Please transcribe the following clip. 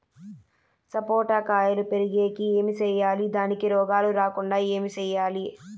సపోట కాయలు పెరిగేకి ఏమి సేయాలి దానికి రోగాలు రాకుండా ఏమి సేయాలి?